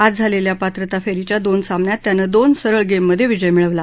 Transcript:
आज झालेल्या पात्रता फेरीच्या दोन सामन्यात त्यानं दोन सरळ गेममधे विजय मिळवला